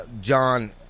John